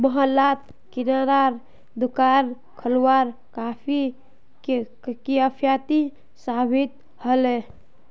मोहल्लात किरानार दुकान खोलवार काफी किफ़ायती साबित ह ले